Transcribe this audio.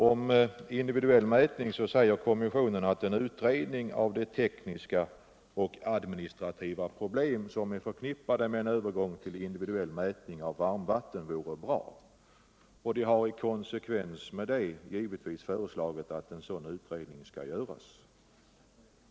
Om individuell mätning säger kommissionen att en utredning av de tekniska och administrativa problem som är förknippade med en övergång till individuell mätning av varmvatten vore bra, och den har i konsekvens med detta givetvis föreslagit att en sådan utredning skall göras.